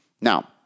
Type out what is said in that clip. Now